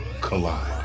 collide